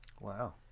Wow